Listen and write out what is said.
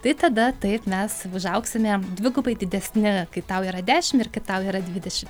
tai tada taip mes užaugsime dvigubai didesni kai tau yra dešim ir kai tau yra dvidešim